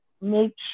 make